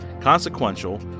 consequential